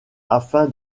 afin